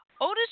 Otis